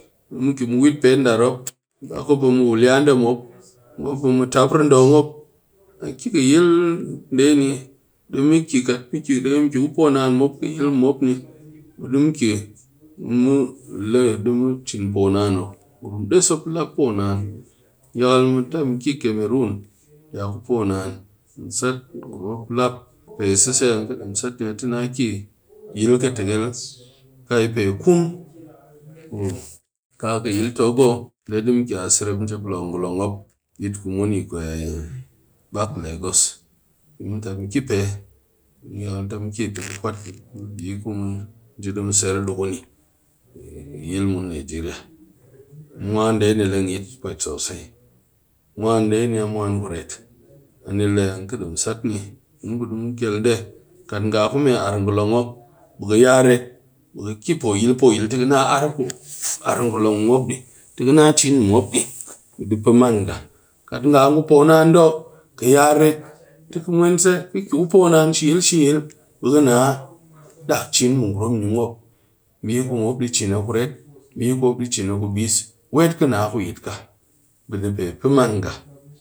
Ɗe mu ki mu wet pe nder mop, pak mop a mu wuliya nde mop, mop a mɨ tap ridong mop a ki ka yil nde ni be mɨ ki dighem ki ku poo naan mop kɨ yil nde ni be di mu ki mu le di mu cin poo naan mop ngurum des mop lap poo naan yakal mɨ ta mɨ ki kemerong diya ku poo naan sat ngurum mop lap poo naan pe seise an kɨdom sat ni ke kɨ yil pe kun ka kɨ yil togo nde di mu ki serep njep loo ngolon mop bit ku mun yi kwe yil lagos di mu ta mɨ ki pe yakal mu ta mu ki te mu kwat mbi ku mu ser di kuni ki yil nigeria pe mwan nde ni leng yit mwan nde ni niya kuret mwan nde leng yit pe bak sosai kat nga ngu poo naan nde kɨ ya reret te mwense ki ke ku poon naan shi yil shi yil be naa dak cin mɨ ngurum ni mop bi ku mop di cin a kuret ko kubis.